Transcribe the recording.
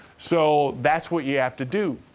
so, that's what you have to do.